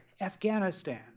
Afghanistan